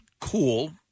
cool